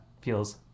feels